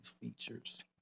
features